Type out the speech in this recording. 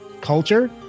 culture